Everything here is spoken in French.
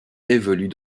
évolue